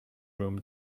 room